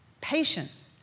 patience